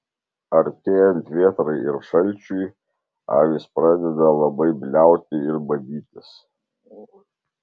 artėjant vėtrai ir šalčiui avys pradeda labai bliauti ir badytis